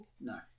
No